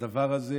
שהדבר הזה